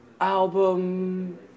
album